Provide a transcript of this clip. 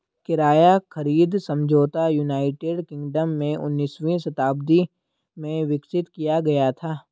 किराया खरीद समझौता यूनाइटेड किंगडम में उन्नीसवीं शताब्दी में विकसित किया गया था